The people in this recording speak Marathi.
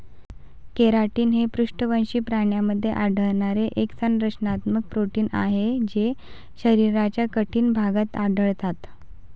केराटिन हे पृष्ठवंशी प्राण्यांमध्ये आढळणारे एक संरचनात्मक प्रोटीन आहे जे शरीराच्या कठीण भागात आढळतात